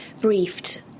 briefed